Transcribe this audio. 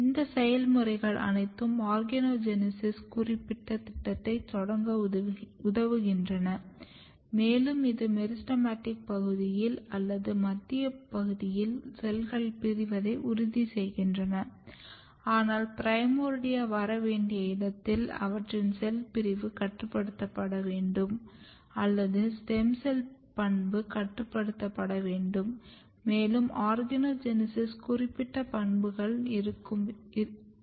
இந்த செயல்முறைகள் அனைத்தும் ஆர்கனோஜெனெஸிஸ் குறிப்பிட்ட திட்டத்தைத் தொடங்க உதவுகின்றன மேலும் இது மெரிஸ்டெமடிக் பகுதியில் அல்லது மத்திய பகுதியில் செல்கள் பிரிவதை உறுதிசெய்கிறது ஆனால் பிரைமோர்டியா வர வேண்டிய இடத்தில அவற்றின் செல் பிரிவு கட்டுப்படுத்தப்பட வேண்டும் அல்லது ஸ்டெம் செல் பண்பு கட்டுப்படுத்தப்பட வேண்டும் மேலும் ஆர்கனோஜெனெஸிஸ் குறிப்பிட்ட பண்புகள் இருக்க வேண்டும்